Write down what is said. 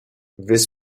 this